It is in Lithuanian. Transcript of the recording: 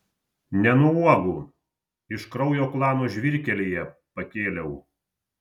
ne nuo uogų iš kraujo klano žvyrkelyje pakėliau